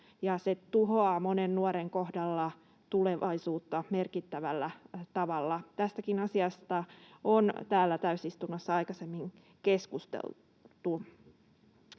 se tuhoaa monen nuoren kohdalla tulevaisuutta merkittävällä tavalla. Tästäkin asiasta on täällä täysistunnossa aikaisemmin keskusteltu.